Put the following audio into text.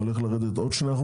הולכים לרדת עוד 2%,